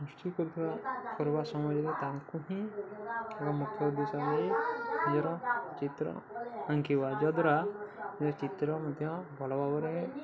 ସୃଷ୍ଟି କରୁଥିବା କରିବା ସମୟରେ ତାଙ୍କୁ ହିଁ ଏକ ମୁଖ୍ୟ ବିଷୟ ନେଇ ନିଜର ଚିତ୍ର ଆଙ୍କିବା ଯାହାଦ୍ୱାରା ନିଜ ଚିତ୍ର ମଧ୍ୟ ଭଲ ଭାବରେ